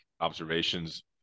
observations